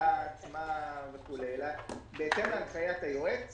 ההקצאה עצמה וכולי, אלא בהתאם להנחיית היועץ